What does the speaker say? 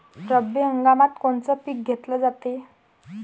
रब्बी हंगामात कोनचं पिक घेतलं जाते?